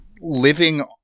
living